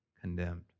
condemned